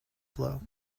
blow